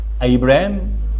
Abraham